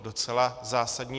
Docela zásadní.